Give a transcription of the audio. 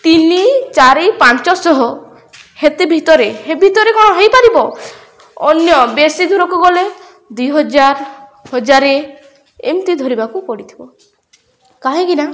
ତିନି ଚାରି ପାଞ୍ଚଶହ ହେତେ ଭିତରେ ହେ ଭିତରେ କ'ଣ ହେଇପାରିବ ଅନ୍ୟ ବେଶୀ ଦୂରକୁ ଗଲେ ଦୁଇହଜାର ହଜାର ଏମିତି ଧରିବାକୁ ପଡ଼ିଥିବ କାହିଁକିନା